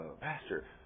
Pastor